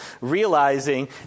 realizing